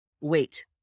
wait